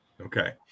Okay